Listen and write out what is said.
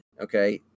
okay